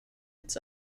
its